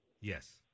Yes